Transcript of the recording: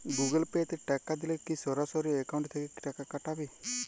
Google Pay তে টাকা দিলে কি সরাসরি অ্যাকাউন্ট থেকে টাকা কাটাবে?